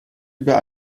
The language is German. über